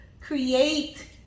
create